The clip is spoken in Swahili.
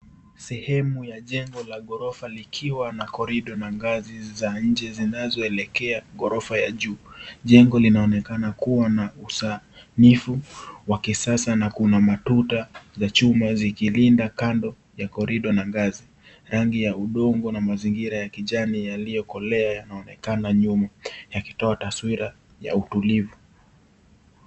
Sehemu ya jengo la ghorofa likiwa na korido na ngazi za nje zinazoelekea ghorofa ya juu. Jengo linaonekana kuwa na usanifu wa kisasa na kuna matunda za chuma zikilinda kando ya korido na ngazi. Rangi ya udongo na mazingira ya kijani yaliyokolea yanaonekana nyuma yakitoa taswira ya utulivu.